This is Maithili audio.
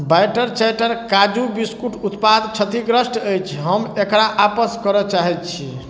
बटर चैटर काजू बिस्कुट उत्पाद क्षतिग्रस्त अछि हम एकरा आपस करै चाहै छी